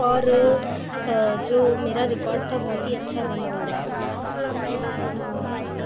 और जो मेरा रिकाॅर्ड था बहुत ही अच्छा बना हुआ था तो मैं